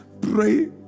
Pray